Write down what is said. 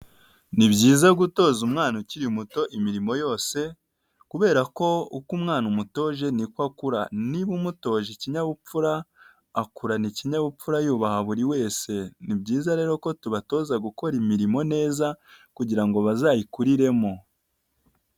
Ni byiza gutoza umwana ukiri muto imirimo yose, kubera ko uko umwana umutoje, ni ko akura. Ni ba umutoje ikinyabupfura, akurana ikinyabupfura, yubaha buri wese. Ni byiza rero ko tubatoza gukora imirimo neza, kugira ngo bazayikuriremo.